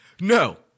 No